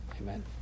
amen